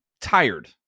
tired